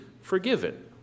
forgiven